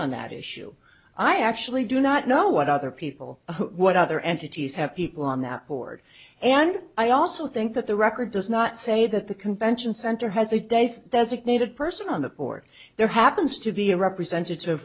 on that issue i actually do not know what other people what other entities have people on that board and i also think that the record does not say that the convention center has a days designated person on the port there happens to be a representative